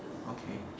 okay